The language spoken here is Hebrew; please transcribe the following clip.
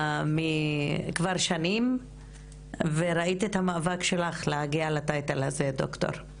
כבר שנים וראיתי את המאבק שלך להגיע לטייטל הזה דוקטור,